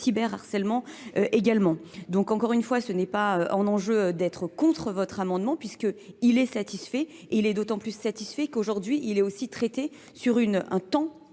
cyber harcèlement également. Donc encore une fois ce n'est pas en enjeu d'être contre votre amendement puisque il est satisfait et il est d'autant plus satisfait qu'aujourd'hui il est aussi traité sur un temps